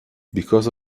because